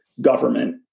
government